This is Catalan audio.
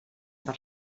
per